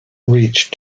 reach